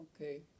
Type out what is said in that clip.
Okay